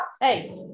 Hey